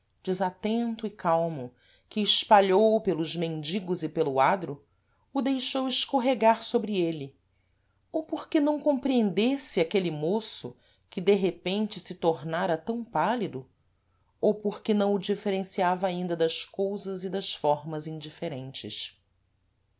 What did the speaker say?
desatento e calmo que espalhou pelos mendigos e pelo adro o deixou escorregar sôbre êle ou porque não compreendesse aquele moço que de repente se tornara tam pálido ou porque não o diferenciava ainda das cousas e das formas indiferentes